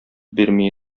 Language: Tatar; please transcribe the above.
бирми